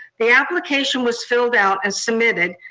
the application was filled out and submitted,